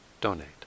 donate